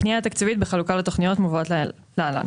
הפנייה התקציבית בחלוקה לתוכניות מובאות להלן: